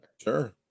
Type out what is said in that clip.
Sure